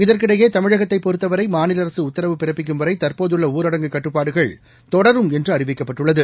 இதற்கிடையேதமிழகத்தைப்பொறுத்தவரைமாநிலஅரசுஉத்தரவுபிறப்பிக்கு ம்வரைதற்போதுள்ளஊரடங்குகட்டுப்பாடுகள்தொடரும்என்றுஅறிவிக்கப்பட்டுள் ளது